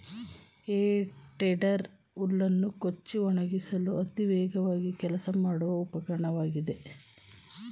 ಹೇ tedder ಹುಲ್ಲನ್ನು ಕೊಚ್ಚಿ ಒಣಗಿಸಲು ಅತಿ ವೇಗವಾಗಿ ಕೆಲಸ ಮಾಡುವ ಉಪಕರಣವಾಗಿದೆ